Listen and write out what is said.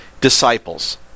disciples